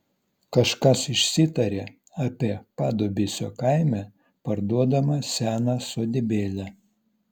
kažkas išsitarė apie padubysio kaime parduodamą seną sodybėlę